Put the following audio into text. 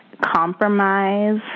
compromise